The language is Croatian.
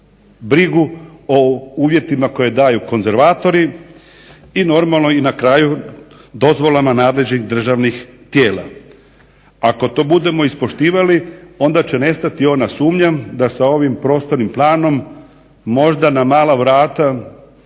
brigu o uvjetima koje daju konzervatori i normalno i na kraju dozvolama nadležnih državnih tijela. Ako to budemo ispoštivali onda će nestati ona sumnja da sa ovim prostornim planom možda na mala vrata